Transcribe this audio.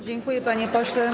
Dziękuję, panie pośle.